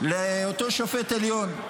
לאותו שופט עליון.